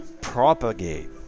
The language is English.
propagate